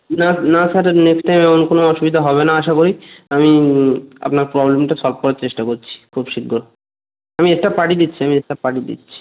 না না sir next time এমন কোনও অসুবিধা হবে না আশা করি আমি আপনার প্রবলেমটা সলভ করার চেষ্টা করছি খুব শীঘ্র আমি স্টাফ পাঠিয়ে দিচ্ছি আমি স্টাফ পাঠিয়ে দিচ্ছি